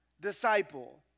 disciple